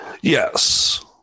Yes